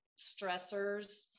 stressors